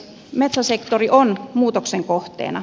metsäsektori on muutoksen kohteena